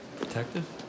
Detective